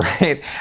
right